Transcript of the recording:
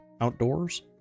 Outdoors